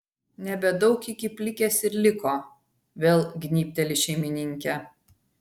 nebedaug iki plikės ir liko vėl gnybteli šeimininkė